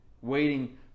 Waiting